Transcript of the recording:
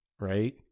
right